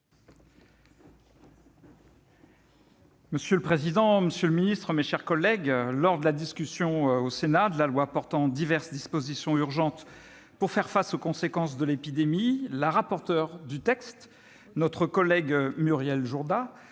Monsieur le président, monsieur le ministre, mes chers collègues, lors de la discussion au Sénat du projet de loi portant diverses dispositions urgentes pour faire face aux conséquences de l'épidémie de covid-19, la rapporteure, notre collègue Muriel Jourda,